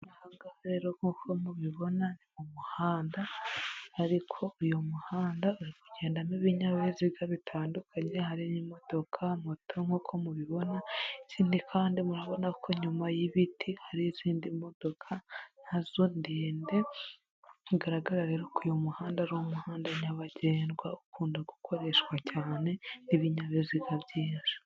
Aha hanga rero nk'uko mubibona mu muhanda, ariko uyu muhanda uri kugendamo ibinyabiziga bitandukanye, harimo imodoka, moto, nk'uko mubibona. Ikindi kandi murabona ko nyuma y'ibiti hari izindi modoka na zo ndende, bigaragara rero ko uyu muhanda ari umuhanda nyabagendwa ukunda gukoreshwa cyane n'ibinyabiziga byinshi.